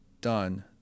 done